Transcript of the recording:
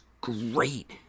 great